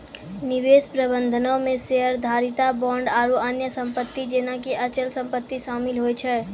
निवेश प्रबंधनो मे शेयरधारिता, बांड आरु अन्य सम्पति जेना कि अचल सम्पति शामिल होय छै